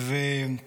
אני